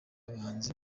abahanzi